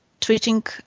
treating